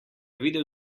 videl